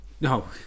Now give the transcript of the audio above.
No